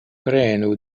prenu